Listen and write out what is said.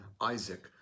Isaac